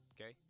Okay